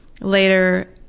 Later